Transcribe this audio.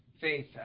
Faith